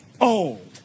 old